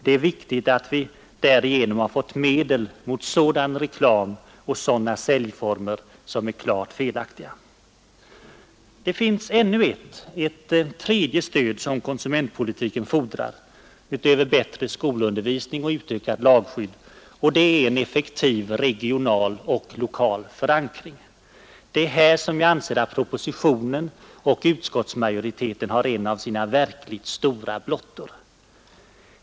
Det är viktigt att vi härigenom har fått medel mot en sådan reklam och sådana säljformer som är klart felaktiga. Det finns ännu ett, ett tredje stöd, som konsumentpolitiken fordrar — utöver bättre skolundervisning och utökat lagskydd — och det är en effektiv regional och lokal förankring. Det är här jag anser att propositionens och utskottsmajoritetens förslag har en av sina verkligt stora blottor.